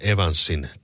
Evansin